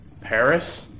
Paris